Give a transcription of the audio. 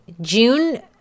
June